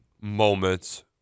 moments